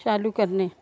चालू करणे